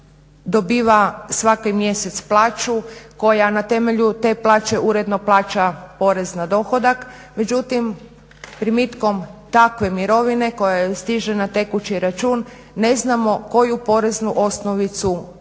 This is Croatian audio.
dobiva svaki mjesec plaću, koja na temelju te plaće uredno plaća porez na dohodak. Međutim primitkom takve mirovine kaja joj stiže na tekući račun ne znamo koju poreznu osnovicu